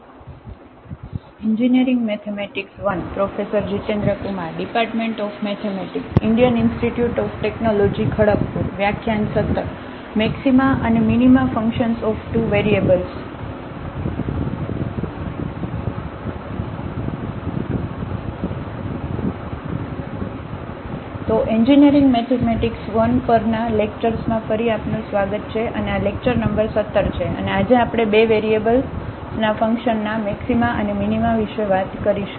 તો engineering mathematics I પરના લેક્ચર્સમાં ફરી આપનો સ્વાગત છે અને આ લેક્ચર નંબર 17 છે અને આજે આપણે બે વેરીએબલ્સના ફંક્શનના મેક્સિમા અને મિનિમા વિશે વાત કરીશું